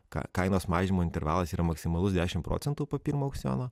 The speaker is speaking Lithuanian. ką kainos mažinimo intervalas yra maksimalus dešimt procentų po pirmo aukciono